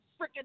freaking